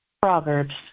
Proverbs